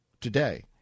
today